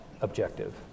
objective